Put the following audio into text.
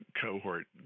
cohort